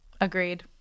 Agreed